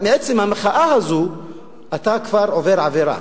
בעצם המחאה הזו אתה כבר עובר עבירה.